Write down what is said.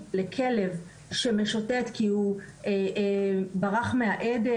בניגוד לכלב שמשוטט כי הוא ברח מהעדר